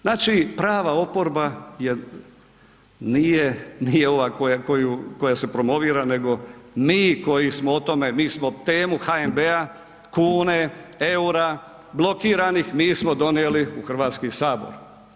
Znači, prava oporba je, nije, nije ova koja se promovira nego mi koji smo o tome, mi smo temu HNB-a, kune, EUR-a, blokiranih mi smo donijeli u Hrvatski sabor.